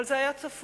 אבל זה היה צפוי,